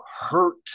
hurt